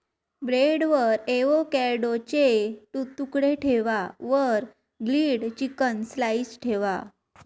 ब्रेडवर एवोकॅडोचे तुकडे ठेवा वर ग्रील्ड चिकन स्लाइस ठेवा